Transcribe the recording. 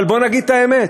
אבל בואו נגיד את האמת: